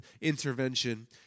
intervention